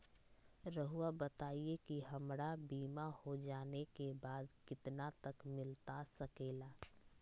रहुआ बताइए कि हमारा बीमा हो जाने के बाद कितना तक मिलता सके ला?